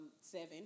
seven